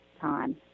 time